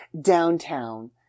downtown